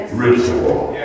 ritual